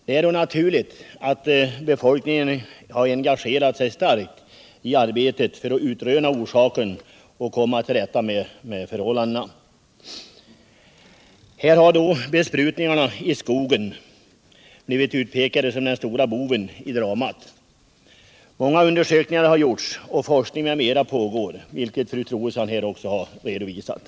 Det är då naturligt att befolkningen engagerat sig starkt i arbetet för att utröna orsaken och för att komma till rätta med förhållandena. Besprutningarna i skogen har blivit utpekade som den stora boven i dramat. Många undersökningar har gjorts, och forskning m.m. pågår, vilket fru Troedsson också redovisat.